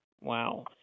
Wow